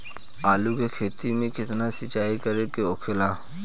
आलू के खेती में केतना सिंचाई करे के होखेला?